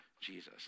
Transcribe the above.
Jesus